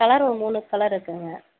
colour ஒரு மூணு colour இருக்குங்க